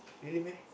really meh